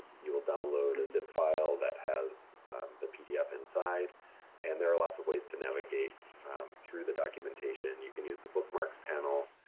you will download a zip file that has the pdf inside and there are lots of ways to navigate through the documentation. you can use the bookmarks panel